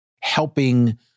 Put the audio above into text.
helping